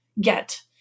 get